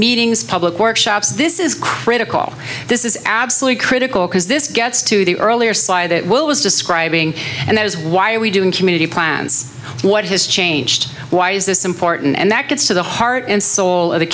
meetings public workshops this is critical this is absolutely critical because this gets to the earlier sligh that will was describing and that is why are we doing community plants what his changed why is this important and that gets to the heart and soul